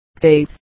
faith